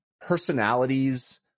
personalities